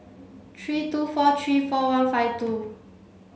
three two four three four one five two